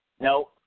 No